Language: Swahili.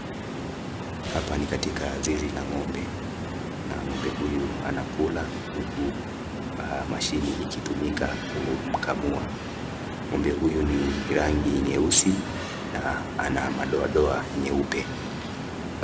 Hapa ni katika zizi la ng'ombe na ng'ombe huyu anakula huku mashini ikitumika kumkamua. Ng'ombe huyu ni rangi nyeusi na ana madoadoa nyeupe.